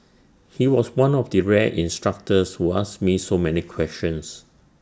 he was one of the rare instructors who asked me so many questions